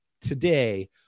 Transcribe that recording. today